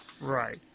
Right